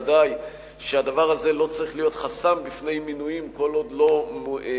ודאי שהדבר הזה לא צריך להיות חסם בפני מינויים כל עוד לא התמלאה